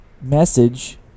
message